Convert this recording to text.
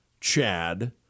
Chad